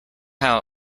how